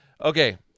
okay